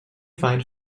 find